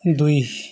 ଦୁଇ